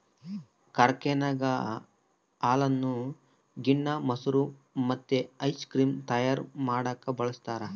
ಕಾರ್ಖಾನೆಗ ಹಾಲನ್ನು ಗಿಣ್ಣ, ಮೊಸರು ಮತ್ತೆ ಐಸ್ ಕ್ರೀಮ್ ತಯಾರ ಮಾಡಕ ಬಳಸ್ತಾರ